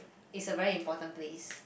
it's a very important place